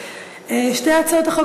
הצעת החוק